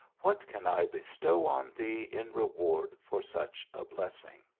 what can i bestow on thee in reward for such a blessing?